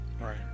Right